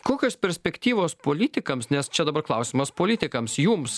kokios perspektyvos politikams nes čia dabar klausimas politikams jums